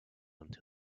into